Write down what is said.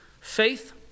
Faith